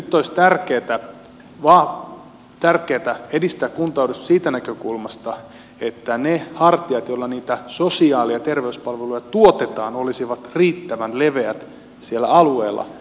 eli nyt olisi tärkeätä edistää kuntauudistusta siitä näkökulmasta että ne hartiat joilla niitä sosiaali ja terveyspalveluja tuotetaan olisivat riittävän leveät siellä alueella